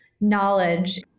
knowledge